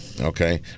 Okay